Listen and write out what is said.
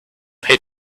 pay